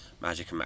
magic